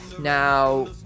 now